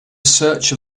search